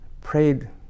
Prayed